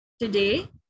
Today